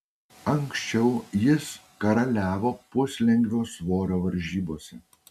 anksčiau jis karaliavo puslengvio svorio varžybose